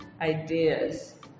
ideas